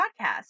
podcast